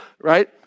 Right